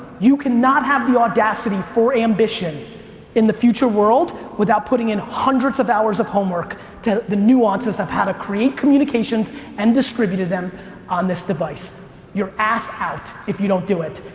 you cannot have the audacity for ambition in the future world without putting in hundreds of hours of homework to the nuances of how to create communications and distributed them on this device. you're ass out if you don't do it.